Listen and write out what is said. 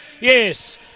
Yes